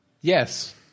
Yes